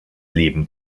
leben